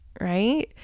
right